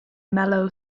mellow